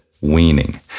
weaning